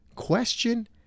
question